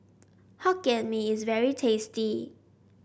Hokkien Mee is very tasty